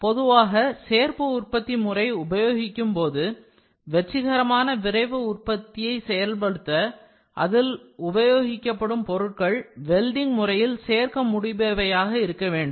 பொதுவாக சேர்ப்பு உற்பத்தி முறை உபயோகிக்கும்போதுவெற்றிகரமான விரைவு உற்பத்தியை செயல்படுத்த அதில் உபயோகிக்கப்படும் பொருட்கள் வெல்டிங் முறையில் சேர்க்க முடிபவையாக இருக்க வேண்டும்